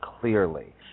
clearly